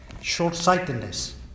short-sightedness